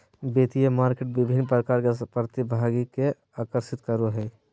वित्तीय मार्केट विभिन्न प्रकार के प्रतिभागि के आकर्षित करो हइ